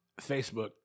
Facebook